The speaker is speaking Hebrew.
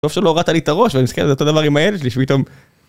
בסוף שלא הורדת לי את הראש, ואני מסתכל על אותו דבר עם הילד שלי, שפתאום...